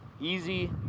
Easy